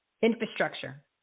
infrastructure